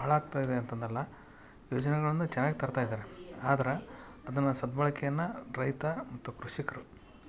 ಹಾಳಾಗ್ತಾಯಿದೆ ಅಂತಂದರಲ್ಲ ಯೋಜನೆಗಳನ್ನು ಜಾರಿಗೆ ತರುತ್ತಾ ಇದ್ದಾರೆ ಆದ್ರೆ ಅದನ್ನು ಸದ್ಬಳಕೆಯನ್ನು ರೈತ ಮತ್ತು ಕೃಷಿಕರು